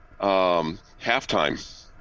halftime